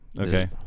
Okay